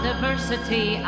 diversity